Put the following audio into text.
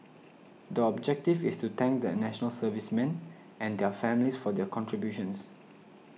the objective is to thank the National Servicemen and their families for their contributions